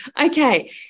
Okay